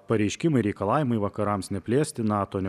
pareiškimai reikalavimai vakarams neplėsti nato ne